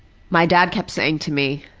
my dad kept saying to me,